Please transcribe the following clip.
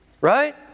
right